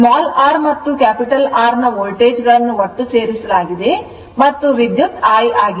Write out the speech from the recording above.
r ಮತ್ತು R ನ voltage ಗಳನ್ನು ಒಟ್ಟು ಸೇರಿಸಲಾಗಿದೆ ಮತ್ತು ವಿದ್ಯುತ್ I ಆಗಿದೆ